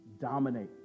dominate